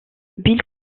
bill